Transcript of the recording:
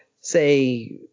say